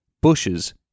bushes